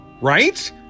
Right